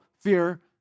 Fear